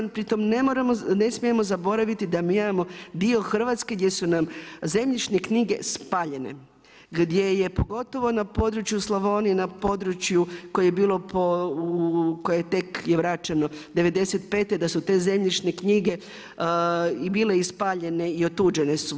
Pri tome ne smijemo zaboraviti da mi imamo dio Hrvatske gdje su nam zemljišne knjige spaljene, gdje je pogotovo na području Slavonije, na području koje je bilo po, koje tek je vraćeno '95. da su te zemljišne knjige i bile i spaljene i otuđene su.